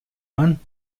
man